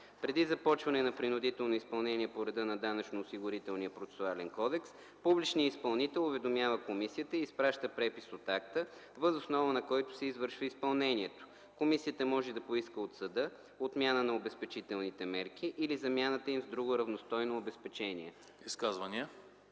Преди започване на принудително изпълнение по реда на Данъчно-осигурителния процесуален кодекс публичният изпълнител уведомява комисията и изпраща препис от акта, въз основа на който се извършва изпълнението. Комисията може да поиска от съда отмяна на обезпечителните мерки или замяната им с друго равностойно обезпечение.”